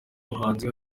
muhanzi